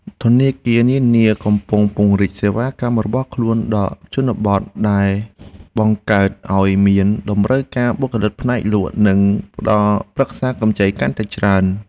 ធនាគារនានាកំពុងពង្រីកសេវាកម្មរបស់ខ្លួនដល់ជនបទដែលបង្កើតឱ្យមានតម្រូវការបុគ្គលិកផ្នែកលក់និងផ្តល់ប្រឹក្សាកម្ចីកាន់តែច្រើន។